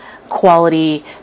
quality